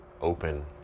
open